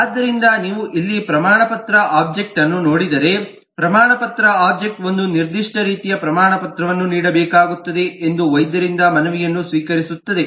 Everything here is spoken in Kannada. ಆದ್ದರಿಂದ ನೀವು ಇಲ್ಲಿ ಪ್ರಮಾಣಪತ್ರ ಒಬ್ಜೆಕ್ಟ್ವನ್ನು ನೋಡಿದರೆ ಪ್ರಮಾಣಪತ್ರ ಒಬ್ಜೆಕ್ಟ್ ಒಂದು ನಿರ್ದಿಷ್ಟ ರೀತಿಯ ಪ್ರಮಾಣಪತ್ರವನ್ನು ನೀಡಬೇಕಾಗುತ್ತದೆ ಎಂದು ವೈದ್ಯರಿಂದ ಮನವಿಯನ್ನು ಸ್ವೀಕರಿಸುತ್ತದೆ